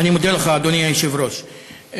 אדוני היושב-ראש,